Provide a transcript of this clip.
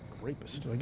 Rapist